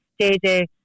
JJ